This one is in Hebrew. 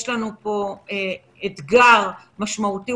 אז יש לנו פה אתגר משמעותי,